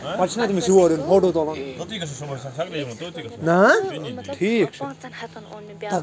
پَتہٕ کٔر مےٚ کٲم مطلب ٲں پانٛژن ہتَن اوٚن مےٚ بیٛاکھ